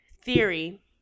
theory